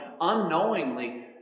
unknowingly